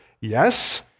Yes